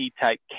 type